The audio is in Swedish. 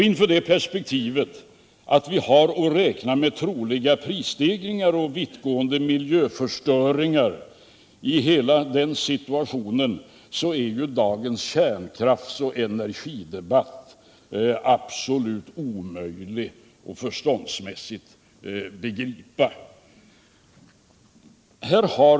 Inför perspektivet att vi har att räkna med troliga prisstegringar och vittgående miljöförstöringar genom oljeimporten är dagens kärnkraftsoch energidebatt absolut omöjlig att förståndsmässigt begripa.